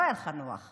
לא היה לך נוח,